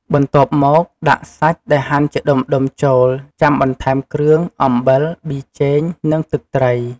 បន្ទាប់មកដាក់សាច់ដែលហាន់ជាដុំៗចូល ចាំបន្ថែមគ្រឿង អំបិល ប៑ីចេង និងទឹកត្រី។